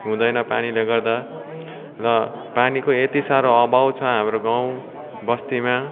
हुँदैन पानीले गर्दा र पानीको यति साह्रो अभाव छ हाम्रो गाउँ बस्तीमा